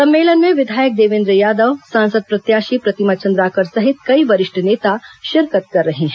सम्मेलन में विधायक देवेंद्र यादव सांसद प्रत्याशी प्रतिमा चंद्राकर सहित कई वरिष्ठ नेता शिरकत कर रहे हैं